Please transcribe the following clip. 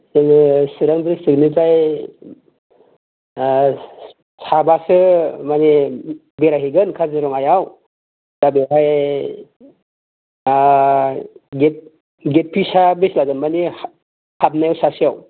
जोङो चिरां द्रिस्टिकनिफ्राय साबासो मानि बेरायहैगोन काजिरङायाव दा बेवहाय गेट गेट फिसा बेसे जागोन मानि हाबनायाव सासेयाव